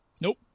Nope